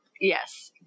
yes